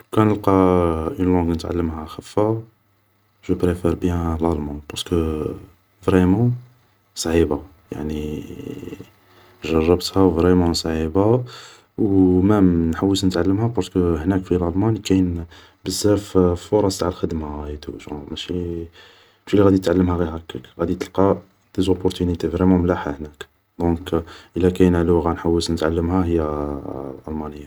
لو كان نلقا اون لانق نتعلمها خفة جو بريفار بيان لالمون بارسكو فريمون صعيبة يعني جربتها و فريمون صعيبة و مام نحوس نتعلمها بارسكو هناك في لالمان كاين بزف فرص تاع الخدمة أي تو جونغ ماشي لي غادي تتعلمها غي هاكك, غادي تلقا دي زوبورتينيتي فريمون ملاح هناك, دونك الا كاينة لغة نحوس نتعلمها هي الالمانية